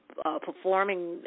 performing